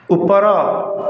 ଉପର